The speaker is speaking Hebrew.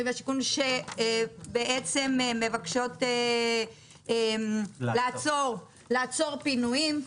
והשיכון שבעצם מבקשות לעצור פינויים,